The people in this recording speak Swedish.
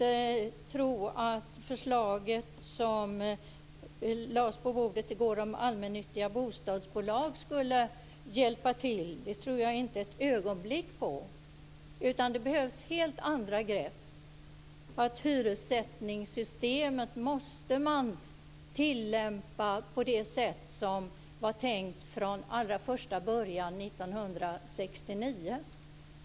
Att det förslag om allmännyttiga bostadsföretag som i går lades på riksdagens bord kommer att hjälpa till tror jag inte ett ögonblick på. Det krävs helt andra grepp. Hyressättningssystemet måste tillämpas på det sätt som var tänkt från allra första början 1969.